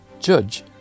judge